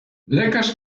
lekarz